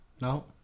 No